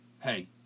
hey